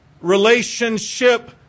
relationship